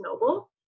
Noble